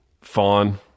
fawn